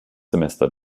semester